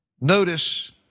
Notice